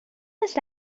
must